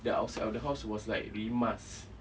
the outside of the house was like rimas